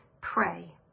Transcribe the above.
pray